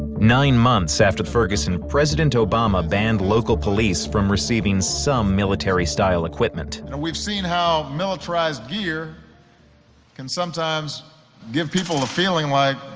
nine months after ferguson, president obama banned local police from receiving some military style equipment. we have seen how militarized gear can sometimes give people a feeling like